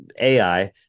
AI –